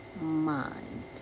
mind